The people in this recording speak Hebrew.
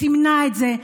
תמנע את זה,